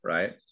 Right